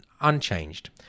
unchanged